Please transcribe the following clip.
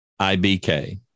IBK